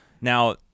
now